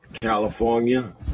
California